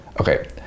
okay